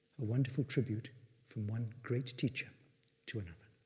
a wonderful tribute from one great teacher to another.